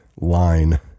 line